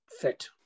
fit